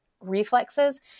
reflexes